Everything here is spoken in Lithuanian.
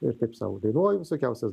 ir taip sau dainuoju visokiausias